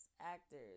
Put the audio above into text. actors